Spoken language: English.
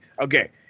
okay